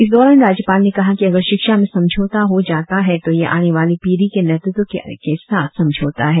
इस दौरान राज्यपाल ने कहा कि अगर शिक्षा में समझौता हो जाता है तो ये आने वाले पीढ़ी के नेतृत्व के साथ समझौता है